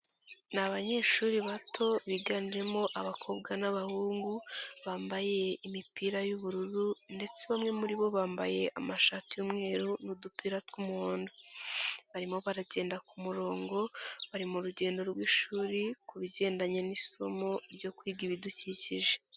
Ni abanyeshuri bato biganjemo abakobwa n'abahungu, bambaye imipira y'ubururu ndetse bamwe muri bo bambaye amashati y'umweru n'udupira tw'umuhondo, barimo baragenda ku murongo, bari mu rugendo rw'ishuri ku bigendanye n'isomo ryo kwiga ibidukikije.